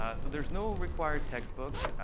ah so there's no required textbook.